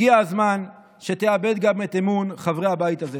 הגיע הזמן שתאבד גם את אמון חברי הבית הזה.